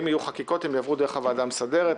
אם יהיו חקיקות הן יעברו דרך הוועדה המסדרת.